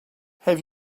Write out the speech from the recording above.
have